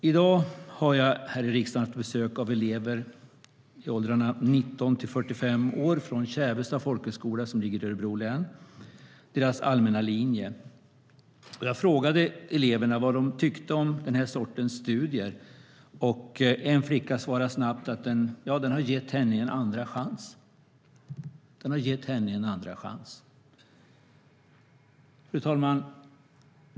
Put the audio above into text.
I dag har jag här i riksdagen haft besök av elever i åldrarna 19-45 år från den allmänna linjen på Kävesta folkhögskola som ligger i Örebro län. Jag frågade eleverna vad de tyckte om den här sortens studier, och en flicka svarade snabbt att det hade gett henne en andra chans. Fru talman!